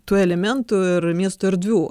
tų elementų ir miesto erdvių